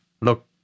look